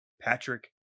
Patrick